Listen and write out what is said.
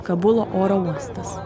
kabulo oro uostas